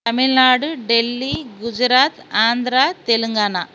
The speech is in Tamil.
தமிழ்நாடு டெல்லி குஜராத் ஆந்திரா தெலுங்கானா